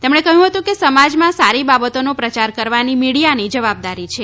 તેમણે કહ્યું હતું કે સમાજમાં સારી બાબતોનો પ્રચાર કરવાની મિડિયાની જવાબદારી છે